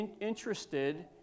interested